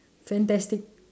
fantastic